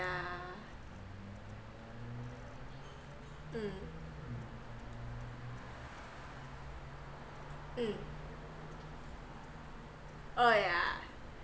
yeah mm mm oh yeah